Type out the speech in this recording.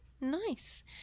nice